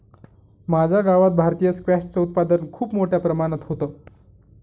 माझ्या गावात भारतीय स्क्वॅश च उत्पादन खूप मोठ्या प्रमाणात होतं